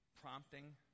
prompting